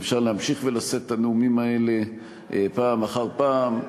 אפשר להמשיך ולשאת את הנאומים האלה פעם אחר פעם,